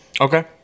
Okay